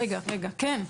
רגע, רגע, כן.